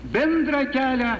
bendrą kelią